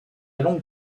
longue